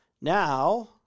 Now –